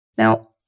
Now